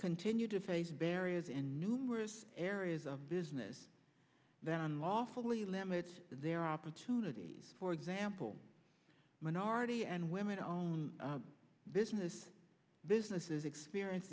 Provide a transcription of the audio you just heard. continue to face barriers in numerous areas of business that unlawfully limits their opportunities for example minority and women owned business businesses experience